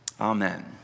Amen